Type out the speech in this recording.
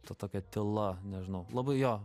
ta tokia tyla nežinau labai jo